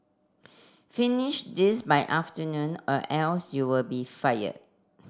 finish this by afternoon or else you'll be fired